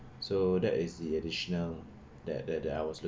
so that is the additional that that I was